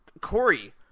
Corey